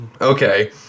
okay